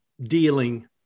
dealing